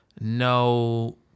No